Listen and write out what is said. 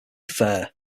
fair